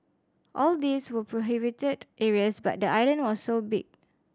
all these were prohibited areas but the island was so big